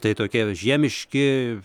tai tokie žiemiški